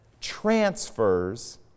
transfers